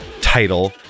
title